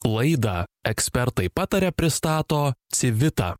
laidą ekspertai pataria pristato civitta